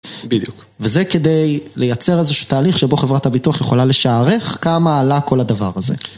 בדיוק. וזה כדי לייצר איזשהו תהליך שבו חברת הביטוח יכולה לשערך כמה עלה כל הדבר הזה.